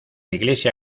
iglesia